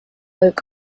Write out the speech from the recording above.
oak